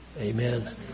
Amen